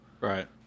Right